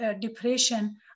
depression